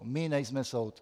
My nejsme soud.